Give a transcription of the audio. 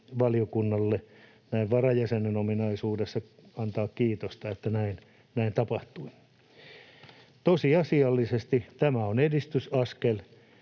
valiokunnalle näin varajäsenen ominaisuudessa antaa kiitosta, että näin tapahtui. Tosiasiallisesti tämä on edistysaskel,